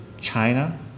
China